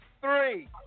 three